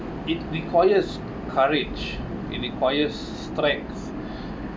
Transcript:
it requires courage it requires strength